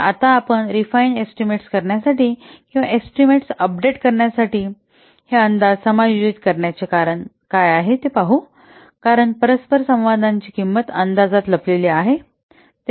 तर आता आपण रेफाईन एस्टीमेट्स करण्यासाठी किंवा एस्टीमेट्स अपडेट करण्यासाठी हे अंदाज समायोजित करण्याचे कारण काय आहे ते पाहू कारण परस्परसंवादाची किंमत अंदाजात लपलेली आहे